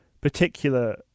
particular